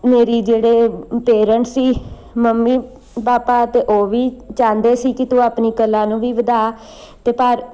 ਮੇਰੀ ਜਿਹੜੇ ਪੇਰੈਂਟਸ ਸੀ ਮੰਮੀ ਪਾਪਾ ਅਤੇ ਉਹ ਵੀ ਚਾਹੁੰਦੇ ਸੀ ਕਿ ਤੂੰ ਆਪਣੀ ਕਲਾ ਨੂੰ ਵੀ ਵਧਾ ਅਤੇ ਪਰ